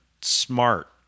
smart